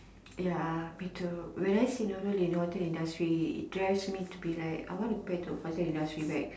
ya me too when I see Nurul in a hotel industry it drives me to go back to hotel industry back